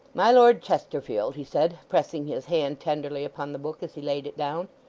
my lord chesterfield he said, pressing his hand tenderly upon the book as he laid it down,